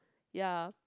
ya